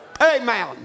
Amen